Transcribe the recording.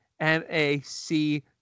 M-A-C